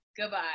goodbye